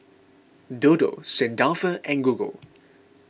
Dodo Saint Dalfour and Google